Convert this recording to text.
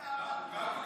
יואב, אתה אמרת